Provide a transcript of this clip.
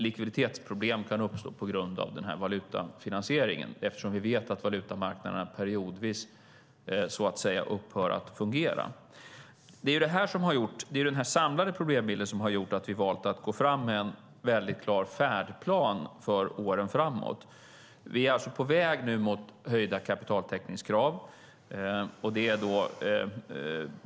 Likviditetsproblem kan uppstå på grund av valutafinansieringen eftersom vi vet att valutamarknaden periodvis upphör att fungera. Det är den här samlade problembilden som har gjort att vi har valt att gå fram med en klar färdplan för åren framåt. Vi är på väg mot höjda kapitaltäckningskrav.